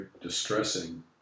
distressing